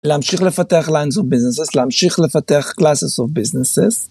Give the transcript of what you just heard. להמשיך לפתח lines of businesses, להמשיך לפתח classes of businesses.